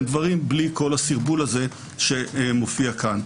דברים בלי כל הסרבול הזה שמופיע כאן.